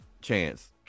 Chance